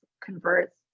converts